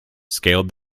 scaled